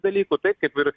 dalykų tai kaip ir